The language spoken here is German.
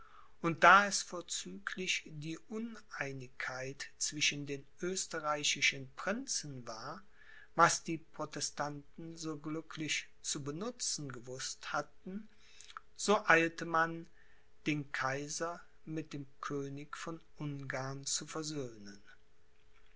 und da es vorzüglich die uneinigkeit zwischen den österreichischen prinzen war was die protestanten so glücklich zu benutzen gewußt hatten so eilte man den kaiser mit dem könig von ungarn zu versöhnen